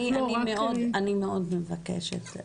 אני מאוד מבקשת,